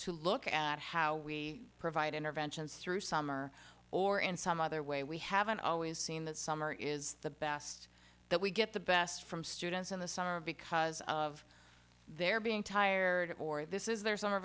to look at how we provide interventions through summer or in some other way we haven't always seen that summer is the best that we get the best from students in the summer because of their being tired or this is their summer